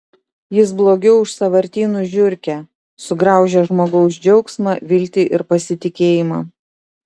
jis blogiau už sąvartynų žiurkę sugraužia žmogaus džiaugsmą viltį ir pasitikėjimą